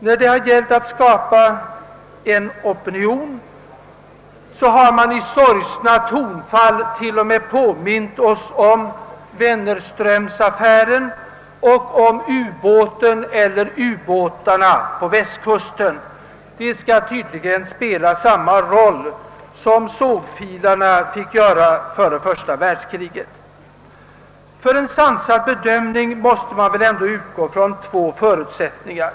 När det gällt att skapa en opinion har man i sorgsna tonfall t.o.m. påmint oss om Wennerströmaffären och om ubåten eller ubåtarna på västkusten. De skall tydligen spela samma roll som sågfilarna fick göra före första världskriget. En sansad bedömning måste väl ändå bl.a. utgå från två förutsättningar.